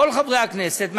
כל חברי הכנסת,